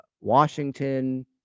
Washington